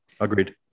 agreed